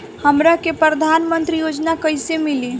हमरा के प्रधानमंत्री योजना कईसे मिली?